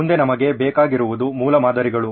ಮುಂದೆ ನಮಗೆ ಬೇಕಾಗಿರುವುದು ಮೂಲಮಾದರಿಗಳು